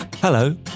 Hello